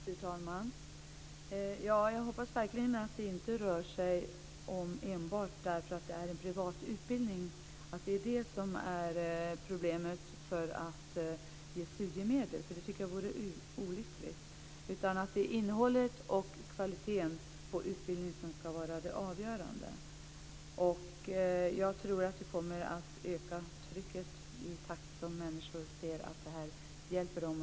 Fru talman! Jag hoppas verkligen att det inte är att detta är en privat utbildning som är problemet när det gäller att ge studiemedel. Det tycker jag vore olyckligt. Det är alltså innehållet och kvaliteten på utbildningen som ska vara det avgörande. Jag tror att trycket kommer att öka i takt med att människor ser att detta hjälper dem.